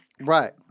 right